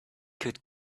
could